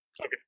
Okay